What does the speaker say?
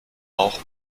auch